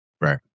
right